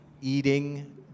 Eating